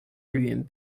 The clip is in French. l’ump